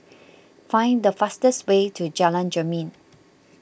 find the fastest way to Jalan Jermin